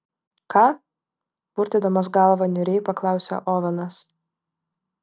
ką purtydamas galvą niūriai paklausė ovenas